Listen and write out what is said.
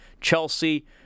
Chelsea